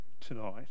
tonight